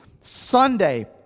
Sunday